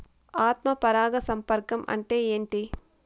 ఆత్మ పరాగ సంపర్కం అంటే ఏంటి?